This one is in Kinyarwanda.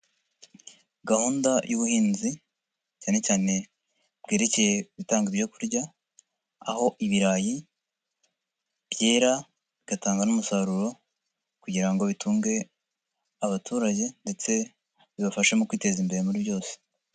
Gahunda y'ubuhinzi cyane cyane bwerekeye gutanga ibyo kurya aho ibirayi byera bigatanga n'umusaruro kugira ngo bitunge abaturage ndetse bibafashe mu kwiteza imbere muri byose.